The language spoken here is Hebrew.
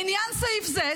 לעניין סעיף זה,